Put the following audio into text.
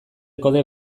kode